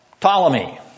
Ptolemy